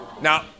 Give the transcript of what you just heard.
now